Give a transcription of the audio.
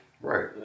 Right